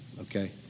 okay